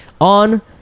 on